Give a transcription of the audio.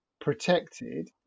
protected